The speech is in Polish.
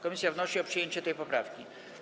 Komisja wnosi o przyjęcie tej poprawki.